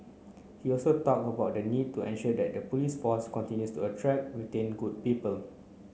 he also talked about the need to ensure that the police force continues to attract retain good people